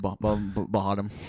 bottom